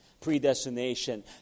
Predestination